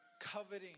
coveting